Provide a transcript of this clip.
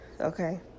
Okay